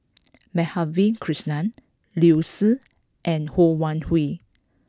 Madhavi Krishnan Liu Si and Ho Wan Hui